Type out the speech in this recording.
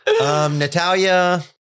Natalia